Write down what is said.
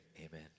amen